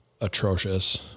atrocious